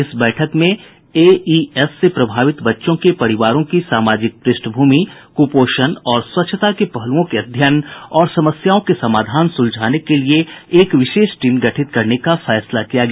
इस बैठक में ए ई एस से प्रभावित बच्चों के परिवारों की सामाजिक पृष्ठभूमि कुपोषण और स्वच्छता के पहलुओं के अध्ययन और समस्याओं के समाधान सुझाने के लिए एक विशेष टीम गठित करने का फैसला किया गया